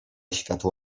światło